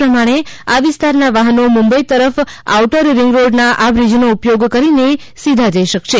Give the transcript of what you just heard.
એ જ પ્રમાણે આ વિસ્તારના વાહનો મુંબઇ તરફ આઉટર રીંગરોડના આ બ્રીજનો ઉપયોગ કરીને સીધા જઇ શકશે